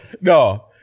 No